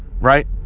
right